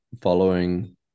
following